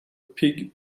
pig